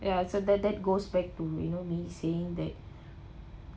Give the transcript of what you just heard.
ya so that that goes back to you know me saying that